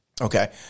Okay